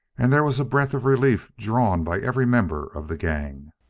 and there was a breath of relief drawn by every member of the gang.